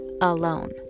alone